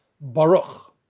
Baruch